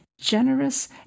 generous